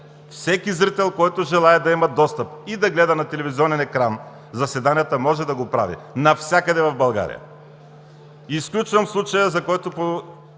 всеки зрител, който желае да има достъп и да гледа на телевизионен екран заседанията, може да го прави навсякъде в България.